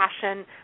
passion